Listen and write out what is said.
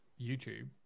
YouTube